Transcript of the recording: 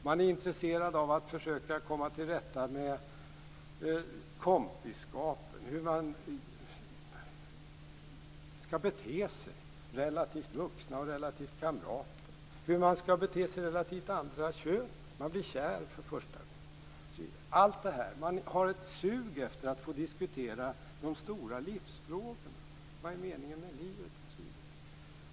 Man är intresserad av att försöka komma till rätta med kompisskap, med hur man skall bete sig relativt vuxna och relativt kamrater, med hur man skall bete sig relativt det andra könet. Man blir kär för första gången. Man har ett sug efter att få diskutera de stora livsfrågorna, vad meningen med livet är.